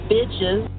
Bitches